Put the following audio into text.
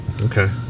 Okay